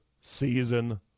season